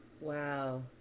Wow